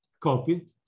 copy